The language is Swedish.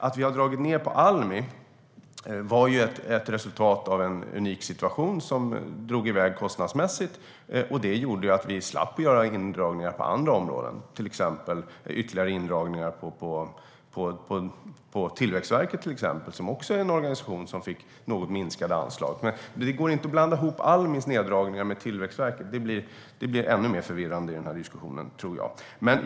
Att vi har dragit ned på anslagen till Almi var ett resultat av en unik situation som gjorde att kostnaderna drog iväg. Det gjorde att vi slapp göra neddragningar på andra områden, till exempel ytterligare neddragningar på Tillväxtverket, som också är en organisation som fick något minskade anslag. Men det går inte att blanda ihop neddragningar på Almi med neddragningar på Tillväxtverket. Det tror jag blir ännu mer förvirrande i denna diskussion.